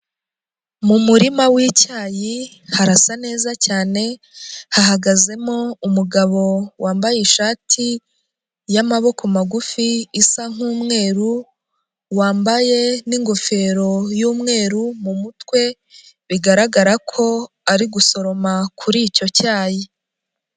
Mu murima w'icyayi harasa neza cyane, hahagazemo umugabo wambaye ishati y'amaboko magufi isa nk'umweru, wambaye n'ingofero y'umweru mu mutwe, bigaragara ko ari gusoroma kuri icyo cyayi.